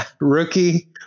rookie